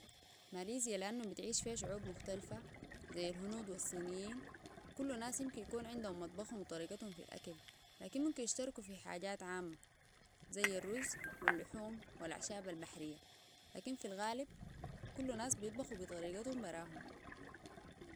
ماليزيا لانها بتعيش فيه شعوب مختلفة زي الهنود والصينيين كل ناس يمكن يكون عندهم مطبخهم وطريقتهم في الاكل لكن ممكن يشتركوا في حاجات عامة زي الرز واللحوم والاعشاب البحرية لكن في الغالب كل ناس بيطبخوا بطريقتهم براهم